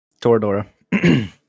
Toradora